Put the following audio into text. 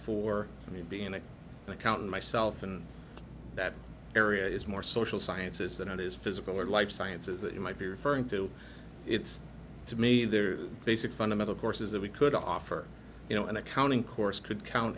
for me to be in an accountant myself and that area is more social sciences than it is physical or life sciences that you might be referring to it's to me the basic fundamental courses that we could offer you know an accounting course could count